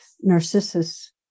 Narcissus